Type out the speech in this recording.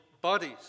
bodies